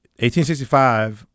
1865